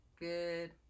Good